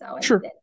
Sure